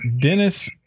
Dennis